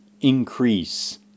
increase